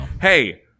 hey